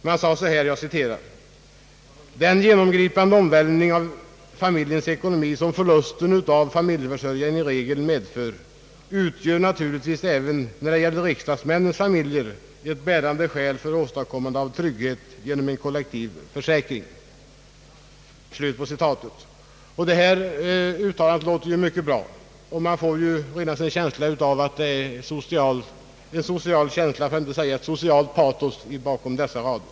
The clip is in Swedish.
Man skrev: »Den genomgripande omvälvning av familjens ekonomi, som förlusten av familjeförsörjaren i regel medför, utgör naturligtvis även när det gäller riksdagsmännens familjer ett bärande skäl för åstadkommande av trygghet genom en kollektiv försäkring.» Detta uttalande låter mycket bra, och man får ett intryck av att det ligger en social känsla, för att inte säga ett socialt patos, bakom dessa rader.